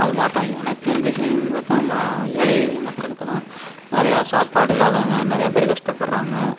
அது மாட்டோம் எனக்கு வந்து செய்யுன்னு பார்த்தா ம ஏழை எளிய மக்களுக்கெல்லாம் நிறையா சாப்பாடு இல்லாதவங்க நிறையா பேர் கஷ்டப்படுறாங்க